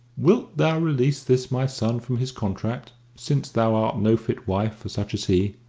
wilt thou release this my son from his contract, since thou art no fit wife for such as he?